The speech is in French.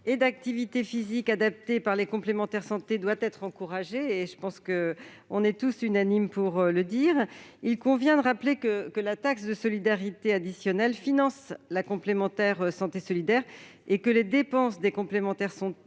et d'activité physique adaptée par les complémentaires santé doit être encouragé- nous sommes unanimes sur ce point -, il convient de rappeler que la taxe de solidarité additionnelle finance la complémentaire santé solidaire et que les dépenses des complémentaires santé